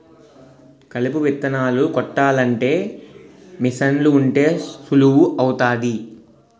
కలుపు విత్తనాలు కొట్టాలంటే మీసన్లు ఉంటే సులువు అవుతాది